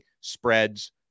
spreads